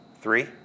Three